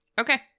Okay